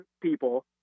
people